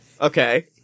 Okay